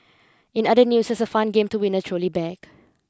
in other news here's a fun game to win a trolley bag